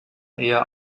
eher